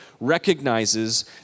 recognizes